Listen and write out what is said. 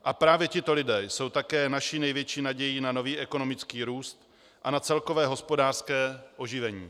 A právě tito lidé jsou také naší největší nadějí na nový ekonomický růst a na celkové hospodářské oživení.